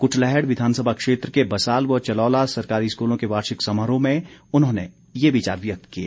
कुटलैहड़ विधानसभा क्षेत्र के बसाल व चलौला सरकारी स्कूलों के वार्षिक समारोह में उन्होंने ये विचार व्यक्त किए